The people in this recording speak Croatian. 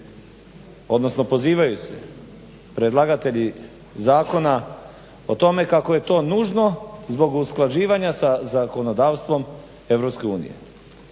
se pozivaju predlagatelji zakona o tome kako je to nužno zbog usklađivanja sa zakonodavstvom EU.